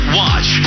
watch